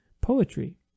poetry